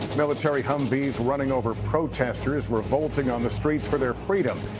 military humvees running over protesters revolting on the streets for their freedom.